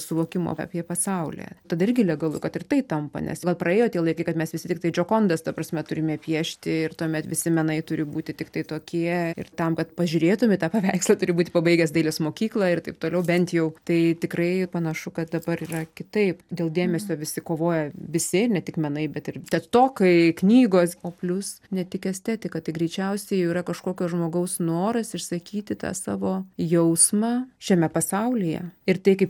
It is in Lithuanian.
suvokimo apie pasaulį tada irgi legalu kad ir tai tampa nes va praėjo tie laikai kad mes visi tiktai džokondas ta prasme turime piešti ir tuomet visi menai turi būti tiktai tokie ir tam kad pažiūrėtum į tą paveikslą turi būti pabaigęs dailės mokyklą ir taip toliau bent jau tai tikrai panašu kad dabar yra kitaip dėl dėmesio visi kovoja visi ne tik menai bet ir tiktokai knygos o plius ne tik estetika tai greičiausiai jau yra kažkokio žmogaus noras išsakyti tą savo jausmą šiame pasaulyje ir tai kaip